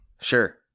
Sure